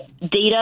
data